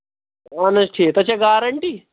اَہن حظ ٹھیٖک تۄہہِ چھےٚ گارَنٹی